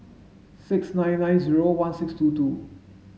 six nine nine zero one six two two